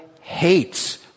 hates